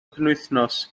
penwythnos